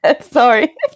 Sorry